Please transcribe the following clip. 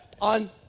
on